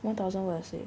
one thousand word essay